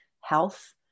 health